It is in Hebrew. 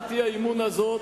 שהצעת האי-אמון הזאת,